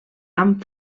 amb